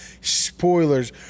spoilers